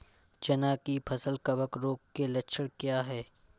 चना की फसल कवक रोग के लक्षण क्या है?